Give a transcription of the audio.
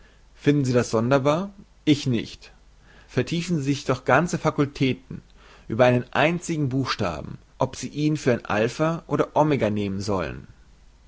finden sie das sonderbar ich nicht vertiefen sich doch oft ganze fakultäten über einen einzigen buchstaben ob sie ihn für ein oder nehmen sollen